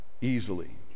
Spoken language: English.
easily